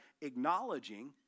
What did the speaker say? acknowledging